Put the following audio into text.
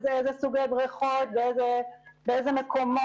הסיטואציה הקיימת היום היא שהרבה מאוד עסקים